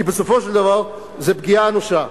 כי בסופו של דבר זו פגיעה אנושה.